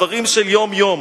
דברים של יום-יום.